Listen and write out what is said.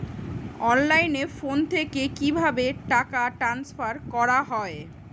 অনলাইনে ফোন থেকে কিভাবে টাকা ট্রান্সফার করা হয়?